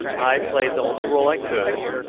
i played the only role i could,